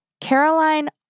Caroline